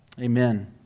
amen